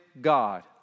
God